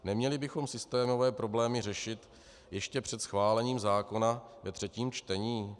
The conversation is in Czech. Neměli bychom systémové problémy řešit ještě před schválením zákona ve třetím čtení?